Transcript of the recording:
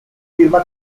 firma